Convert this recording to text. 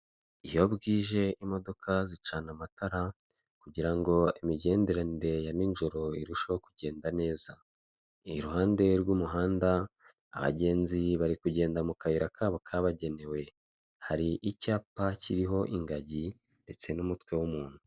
Uyu ni umuhanda wa kaburimbo ugendwamo mu byerekezo byombi, harimo imodoka nini iri kugenda ifite irange ry'umweru.